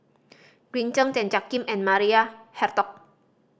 Green Zeng Tan Jiak Kim and Maria Hertogh